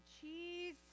cheese